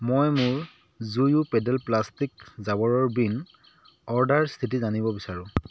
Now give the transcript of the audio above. মই মোৰ যোয়ো পেডেল প্লাষ্টিক জাবৰৰ বিনৰ অৰ্ডাৰ স্থিতি জানিব বিচাৰোঁ